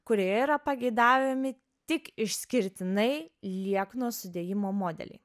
kurioje yra pageidaujami tik išskirtinai liekno sudėjimo modeliai